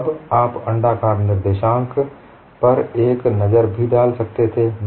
तब आप अण्डाकार निर्देशांक पर एक नजर भी डाल सकते थे है